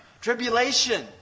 Tribulation